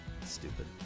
Stupid